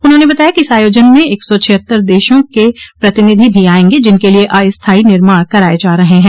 उन्होंने बताया कि इस आयोजन में एक सौ छिहत्तर देशों के प्रतिनिधि भी आयेंगे जिनके लिए अस्थायी निर्माण कराये जा रहे हैं